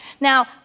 Now